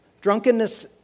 drunkenness